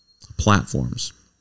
platforms